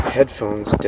Headphones